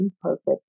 perfect